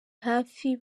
hafi